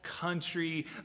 country